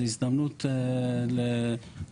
זו הזדמנות למשאב,